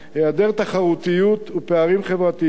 היעדר תחרותיות ופערים חברתיים.